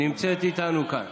נמצאת איתנו כאן.